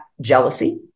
jealousy